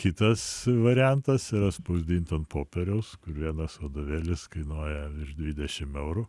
kitas variantas yra spausdint popieriaus kur vienas vadovėlis kainuoja virš dvidešim eurų